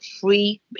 free